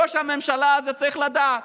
שראש הממשלה הזה צריך לדעת